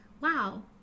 wow